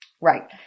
Right